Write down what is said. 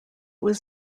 was